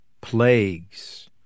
plagues